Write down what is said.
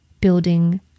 building